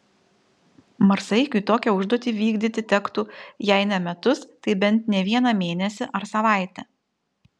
marsaeigiui tokią užduotį vykdyti tektų jei ne metus tai bent ne vieną mėnesį ar savaitę